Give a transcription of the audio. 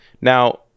Now